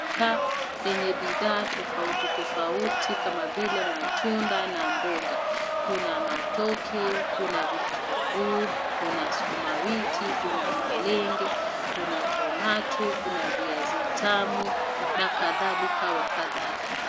Duka lenye bidhaa tofauti tofauti kama vile matunda na mboga. Kuna matoke, kuna vitunguu, kuna skuma wiki, kuna malenge, kuna tomato , kuna viazi tamu na kadhalika wa kadhalika.